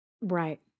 Right